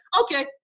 okay